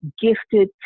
gifted